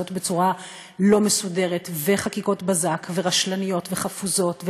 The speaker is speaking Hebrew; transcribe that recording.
בצורה לא מסודרת וחקיקות בזק ורשלניות וחפוזות,